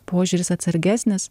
požiūris atsargesnis